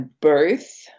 birth